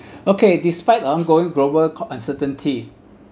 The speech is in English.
okay despite ongoing global uncertainty